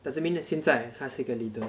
doesn't mean that 现在他是一个 leader